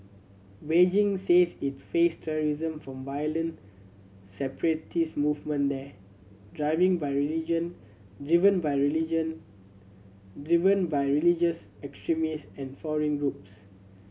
Beijing says it face terrorism from a violent separatist movement there driving by religion driven by religion driven by religious extremism and foreign groups